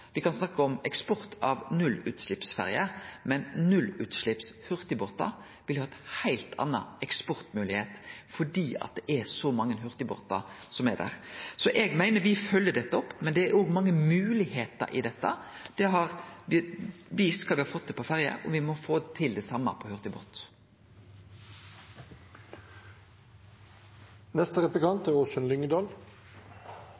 kan me snakke om eksport av nullutsleppsferjer, men nullutslepps hurtigbåtar vil ha heilt andre eksportmoglegheiter fordi det finst så mange hurtigbåtar . Så eg meiner me følger dette opp, men det er òg mange moglegheiter i dette. Me har vist kva me har fått til på ferjer, og me må få til det same når det gjeld hurtigbåtar. På